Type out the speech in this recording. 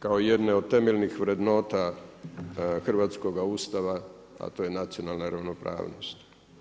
Kao jedne od temeljnih vrednota hrvatskog Ustava, a to je nacionalna ravnopravnost.